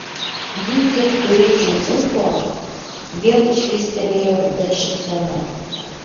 jei tik turėčiau ūpo vėl švystelėjo ruda šypsena